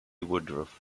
woodruff